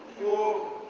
go